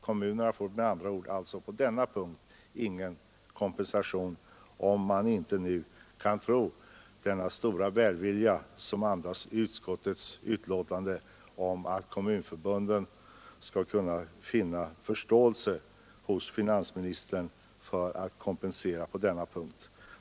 Kommunerna får med andra ord ingen kompensation, om man nu inte kan tro på den stora välvilja som utskottsbetänkandet andas när det gäller att kommunförbunden skall kunna finna förståelse hos finansministern på denna punkt.